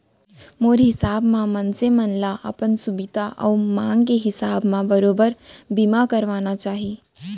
मोर हिसाब म मनसे मन ल अपन सुभीता अउ मांग के हिसाब म बरोबर बीमा करवाना चाही